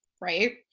right